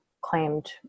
claimed